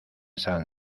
san